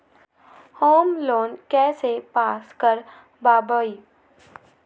Home loan कैसे pass कर बाबई?